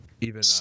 even-